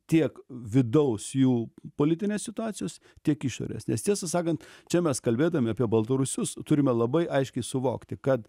tiek vidaus jų politinės situacijos tiek išorės nes tiesą sakant čia mes kalbėdami apie baltarusius turime labai aiškiai suvokti kad